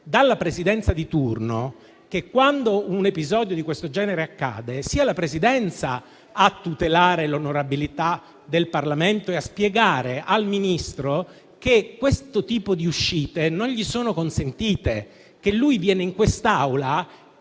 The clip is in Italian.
dalla Presidenza di turno che, quando un episodio di tal genere accade, sia la Presidenza a tutelare l'onorabilità del Parlamento e a spiegare al Ministro che questo tipo di uscite non gli sia consentito; quando viene in quest'Aula,